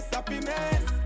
Happiness